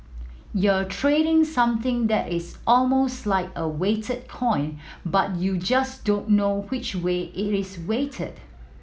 you're trading something that is almost like a weighted coin but you just don't know which way it is weighted